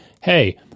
hey